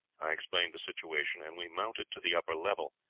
i explained the situation, and we mounted to the upper level.